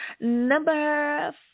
number